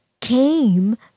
came